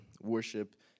worship